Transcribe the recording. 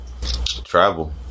travel